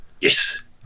Yes